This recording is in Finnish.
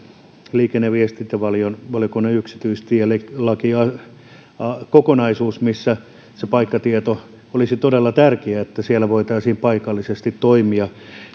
liikenne ja viestintävaliokunnan yksityistielakikokonaisuus missä se paikkatieto olisi todella tärkeä niin että voitaisiin paikallisesti toimia